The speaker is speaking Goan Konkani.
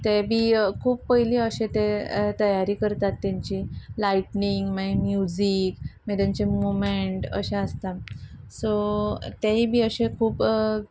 तें बी खूब पयली अशे ते तयारी करतात तांची लायटनींग मागीर म्युजीक मागीर तांचे मुमेंट अशें आसता सो तेंवूय बी अशे खूब